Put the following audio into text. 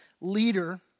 leader